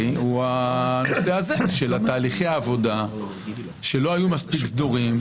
הוא הנושא הזה של תהליכי העבודה שלא היו מספיק סדורים.